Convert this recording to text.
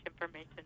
information